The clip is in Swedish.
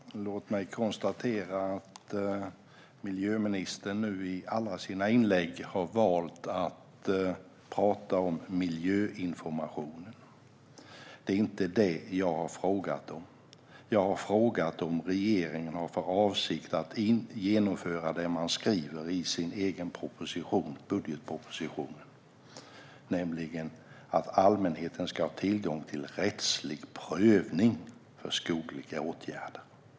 Herr talman! Låt mig konstatera att miljöministern nu i alla sina inlägg har valt att prata om miljöinformationen. Det är inte detta jag har frågat om. Jag har frågat om regeringen har för avsikt att genomföra det man skriver i sin egen budgetproposition, nämligen att allmänheten ska ha tillgång till rättslig prövning av skogliga åtgärder.